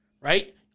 right